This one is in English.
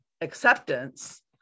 acceptance